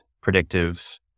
predictive